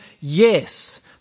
yes